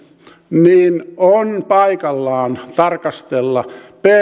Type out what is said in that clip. niin on paikallaan tarkastella